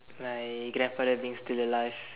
my grandfather being still alive